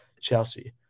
Chelsea